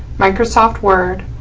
microsoft word,